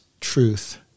truth